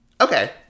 Okay